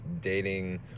dating